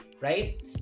right